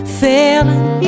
failing